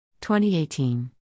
2018